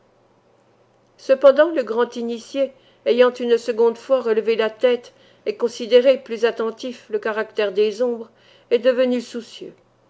cependant le grand initié ayant une seconde fois relevé la tête et considéré plus attentif le caractère des ombres est devenu soucieux